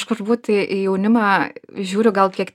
turbūt į į jaunimą žiūriu gal kiek